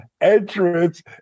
entrance